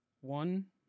one